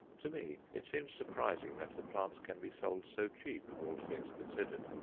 to me it seems surprising that the plants can be sold so cheap, all things considered.